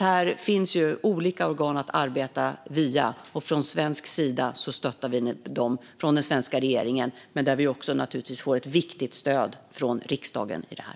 Här finns olika organ att arbeta via, och den svenska regeringen stöttar dem. Och vi får ett viktigt stöd från riksdagen i detta.